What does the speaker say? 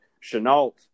Chenault